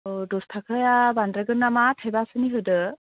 औ दसथाखाया बांद्रायगोन नामा थाइबासोनि होदो